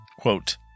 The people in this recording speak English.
Quote